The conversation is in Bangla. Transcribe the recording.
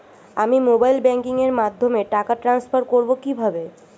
আমি মোবাইল ব্যাংকিং এর মাধ্যমে টাকা টান্সফার করব কিভাবে?